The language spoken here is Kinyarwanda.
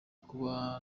kuba